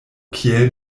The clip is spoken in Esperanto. kiel